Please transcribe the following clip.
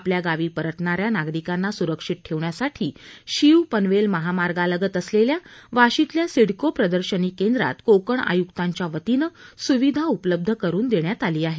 आपल्या गावी परतणाऱ्या नागरिकांना सुरक्षित ठेवण्यासाठी शीव पनवेल महामार्गालगत असलेल्या वाशीतल्या सिडको प्रदर्शनी केंद्रात कोकण आयुक्तांच्या वतीने सुविधा उपलब्ध करून देण्यात आली आहे